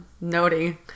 noting